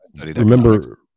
remember